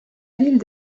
ville